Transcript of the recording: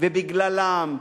ובגללם,